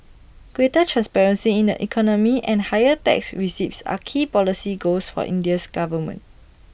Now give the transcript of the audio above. greater transparency in the economy and higher tax receipts are key policy goals for India's government